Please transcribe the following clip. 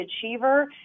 Achiever